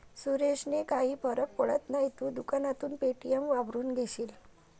सुरेशने काही फरक पडत नाही, तू दुकानात पे.टी.एम वापरून घेशील